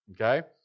Okay